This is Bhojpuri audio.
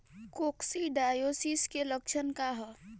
कोक्सीडायोसिस के लक्षण का ह?